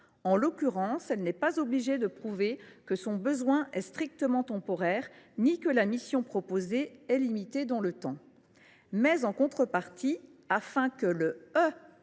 En l’occurrence, elle n’est obligée de prouver ni que son besoin est strictement temporaire ni que la mission proposée est limitée dans le temps. En contrepartie, toutefois, afin que le « E »